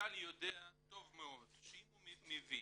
המנכ"ל יודע טוב מאוד שאם הוא מביא